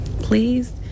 please